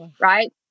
right